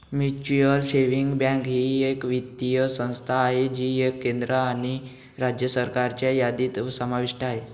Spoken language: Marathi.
म्युच्युअल सेविंग्स बँक ही एक वित्तीय संस्था आहे जी केंद्र आणि राज्य सरकारच्या यादीत समाविष्ट आहे